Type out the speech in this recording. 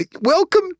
Welcome